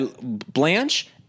Blanche